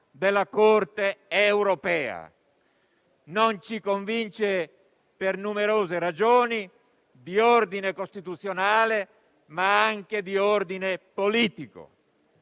della Corte europea. E ciò non ci convince per numerose ragioni di ordine costituzionale, ma anche di ordine politico.